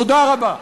תודה רבה.